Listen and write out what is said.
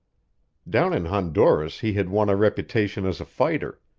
down in honduras he had won a reputation as a fighter,